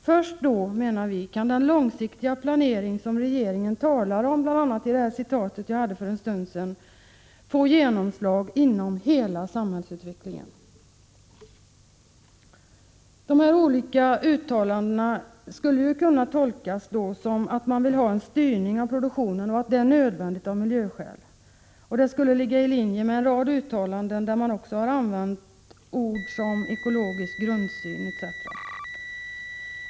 Först då, menar vi, kan den långsiktiga planering som regeringen talar om, bl.a. i citatet jag läste upp för en stund sedan, få genomslag inom hela samhällsutvecklingen. De olika uttalandena skulle kunna tolkas som att man vill ha en styrning av produktionen och att det är nödvändigt av miljöskäl. Det skulle ligga i linje med en rad uttalanden där man också har använt ord som ekologisk grundsyn, etc.